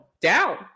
down